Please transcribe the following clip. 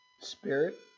Spirit